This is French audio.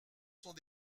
sont